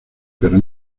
pero